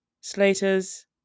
Slaters